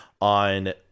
on